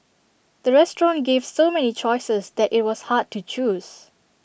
the restaurant gave so many choices that IT was hard to choose